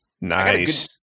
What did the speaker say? Nice